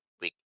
week